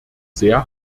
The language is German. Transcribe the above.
sehr